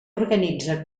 organitza